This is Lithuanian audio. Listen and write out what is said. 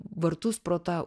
vartus pro tą